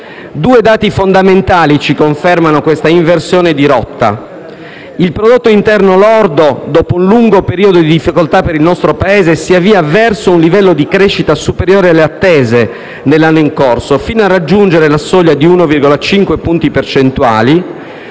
Due dati fondamentali ci confermano l'inversione di rotta. Il prodotto interno lordo, dopo un lungo periodo di difficoltà per il nostro Paese, si avvia verso un livello di crescita superiore alle attese nell'anno in corso, fino a raggiungere la soglia di 1,5 punti percentuali,